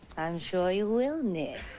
i'm sure you will nick